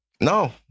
No